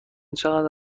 چقدر